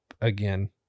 again